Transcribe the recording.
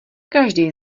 každý